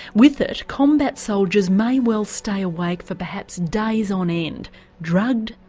with it, combat soldiers may well stay awake for perhaps days on end drugged,